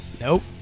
Nope